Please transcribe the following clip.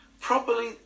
properly